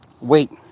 wait